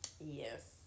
Yes